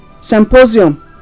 symposium